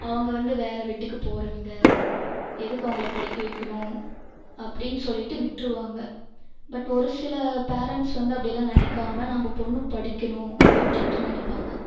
அவங்க வந்து வேறு வீட்டுக்கு போகிறவுங்க எதுக்கு அவங்கள படிக்க வைக்கணும் அப்படின்னு சொல்லிவிட்டு விட்டிருவாங்க பட் ஒரு சில பேரன்ட்ஸ் வந்து அப்படிலாம் நினைக்காம நம்ப பெண்ணு படிக்கணும் அப்படின்ட்டு நினைப்பாங்க